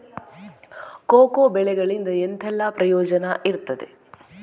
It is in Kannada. ಕೋಕೋ ಬೆಳೆಗಳಿಂದ ಎಂತೆಲ್ಲ ಪ್ರಯೋಜನ ಇರ್ತದೆ?